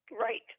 Right